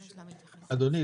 אדוני,